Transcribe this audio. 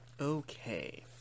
Okay